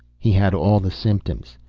he had all the symptoms.